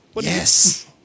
Yes